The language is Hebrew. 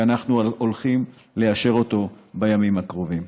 שאנחנו הולכים לאשר אותו בימים הקרובים.